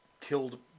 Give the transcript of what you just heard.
killed